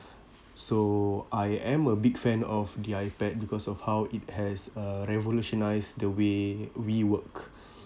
so I am a big fan of the ipad because of how it has uh revolutionised the way we work